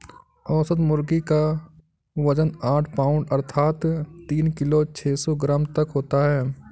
औसत मुर्गी क वजन आठ पाउण्ड अर्थात तीन किलो छः सौ ग्राम तक होता है